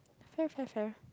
fair fair fair